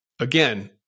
again